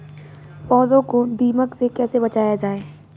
पौधों को दीमक से कैसे बचाया जाय?